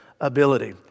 ability